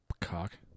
cock